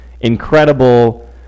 incredible